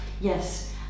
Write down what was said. Yes